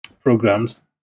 programs